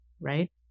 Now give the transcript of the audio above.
right